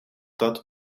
dat